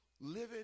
living